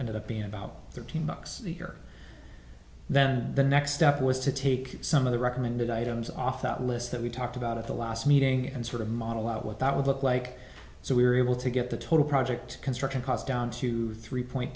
ended up being about thirteen bucks bigger than the next step was to take some of the recommended items off that list that we talked about at the last meeting and sort of model out what that would look like so we were able to get the total project construction cost down to the three point